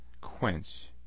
quench